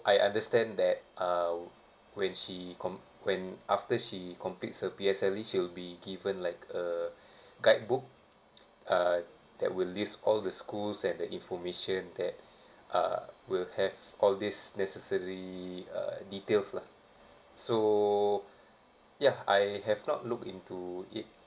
I understand that uh when she com~ when after she completes her P_L_S_E she'll be given like a guide book uh that would list all the schools and the information that uh we'll have all these necessary uh details lah so ya I have not look into it